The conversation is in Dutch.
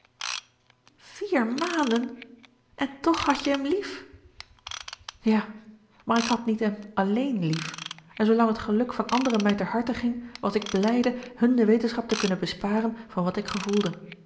vier maanden en toch hadt je hem lief ja maar ik had niet hem alléén lief en zoolang het geluk van anderen mij ter harte ging was ik blijde hun de wetenschap te kunnen besparen van wat ik gevoelde